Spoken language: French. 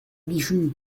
bichu